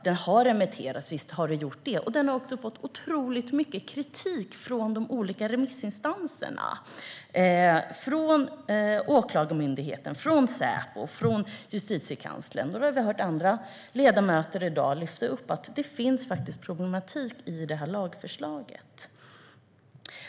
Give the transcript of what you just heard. Förslaget har remitterats, och det har fått otroligt mycket kritik från olika remissinstanser, från Åklagarmyndigheten, från Säpo och från Justitiekanslern. Vi har också hört andra ledamöter i dag lyfta fram att det finns problem med lagförslaget.